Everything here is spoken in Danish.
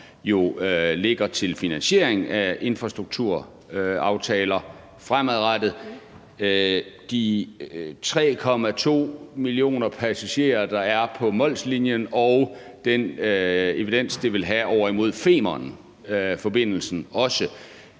jo ligger til finansiering af infrastrukturaftaler fremadrettet, de 3,2 millioner passagerer, der er på Mols-Linien, og den evidens, det også vil have over imod Femernforbindelsen,